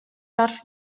darf